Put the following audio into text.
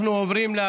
נא